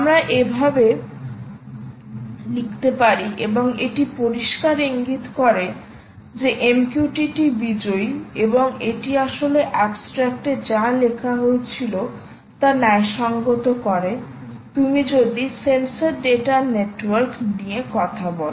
আমরা এভাবে লিখতে পারি এবং এটা পরিষ্কার ইঙ্গিত করে যে MQTT বিজয়ী এবং এটি আসলে অ্যাবস্ট্রাক্ট এ যা লেখা হয়েছিল তা ন্যায়সঙ্গত করে তুমি যদি সেন্সর ডেটা নেটওয়ার্ক নিয়ে কথা বল